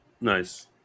Nice